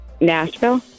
Nashville